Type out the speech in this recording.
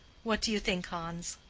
what do you think, hans?